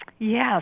Yes